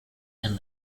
and